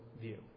view